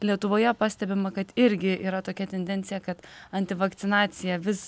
lietuvoje pastebima kad irgi yra tokia tendencija kad antivakcinacija vis